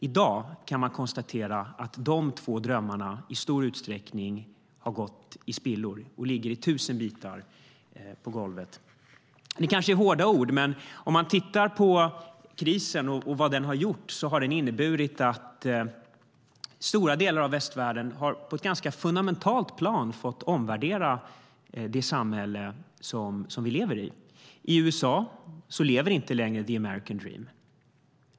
I dag kan man konstatera att de två drömmarna i stor utsträckning har gått till spillo och ligger i tusen bitar på golvet. Det kanske är hårda ord, men krisen har inneburit att stora delar av västvärlden på ett ganska fundamentalt plan har fått omvärdera det samhälle vi lever i. I USA lever inte längre the American dream.